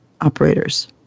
operators